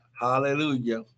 Hallelujah